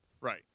Right